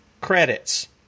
credits